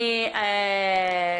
אני רוצה